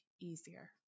easier